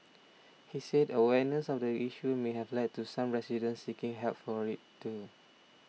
he said awareness of the issue may have led to some residents seeking help for it too